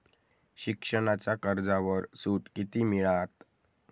शिक्षणाच्या कर्जावर सूट किती मिळात?